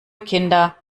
kinder